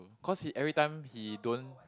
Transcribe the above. cause he every time he don't